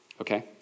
Okay